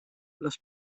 les